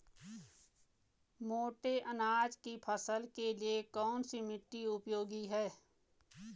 मोटे अनाज की फसल के लिए कौन सी मिट्टी उपयोगी है?